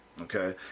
okay